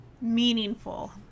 meaningful